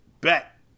Bet